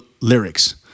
lyrics